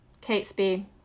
Catesby